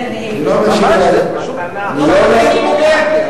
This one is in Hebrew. ממש להתמוגג.